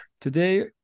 today